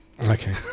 Okay